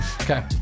Okay